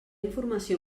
informació